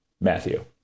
Matthew